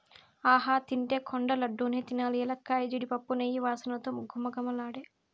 ఆహా తింటే కొండ లడ్డూ నే తినాలి ఎలక్కాయ, జీడిపప్పు, నెయ్యి వాసనతో ఘుమఘుమలాడే